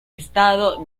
estado